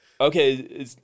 okay